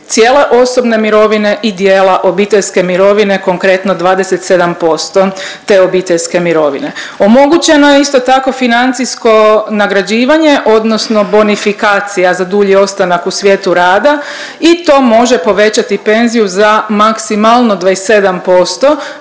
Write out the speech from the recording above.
cijele osobne mirovine i dijela obiteljske mirovine, konkretno 27% te obiteljske mirovine. Omogućeno je isto tako financijsko nagrađivanje odnosno bonifikacija za dulji ostanak u svijetu rada i to može povećati penziju za maksimalno 27%.